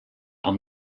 amb